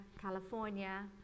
California